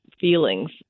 feelings